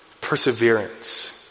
perseverance